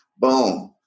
boom